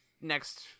next